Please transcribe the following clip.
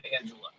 Angela